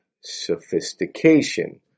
sophistication